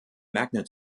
magnet